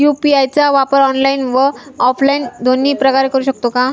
UPI चा वापर online व ऑफलाईन दोन्ही प्रकारे करु शकतो का?